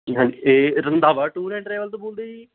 ਜੀ ਹਾਂਜੀ ਇਹ ਰੰਧਾਵਾ ਟੂਰ ਐਂਡ ਟਰੈਵਲ ਤੋਂ ਬੋਲਦੇ ਜੀ